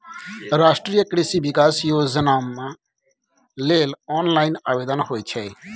राष्ट्रीय कृषि विकास योजनाम लेल ऑनलाइन आवेदन होए छै